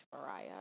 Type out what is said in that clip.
Mariah